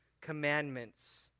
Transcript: commandments